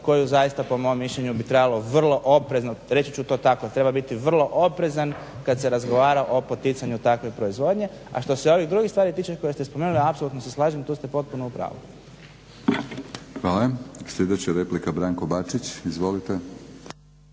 koju zaista po mom mišljenju bi trebalo vrlo oprezno reći ću to tako treba biti vrlo oprezan kad se razgovara o poticanju takve proizvodnje. A što se ovih drugih stvari tiče koje ste spomenuli, apsolutno se slažem tu ste potpuno u pravu. **Batinić, Milorad (HNS)** Hvala. Sljedeća replika Branko Bačić, izvolite.